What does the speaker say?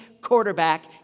quarterback